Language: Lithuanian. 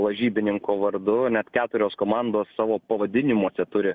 lažybininko vardu net keturios komandos savo pavadinimuose turi